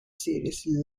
seriously